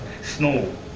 snow